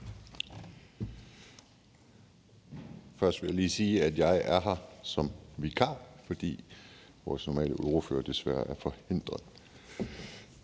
Først vil jeg lige sige, at jeg er her som vikar, fordi vores normale ordfører desværre er forhindret.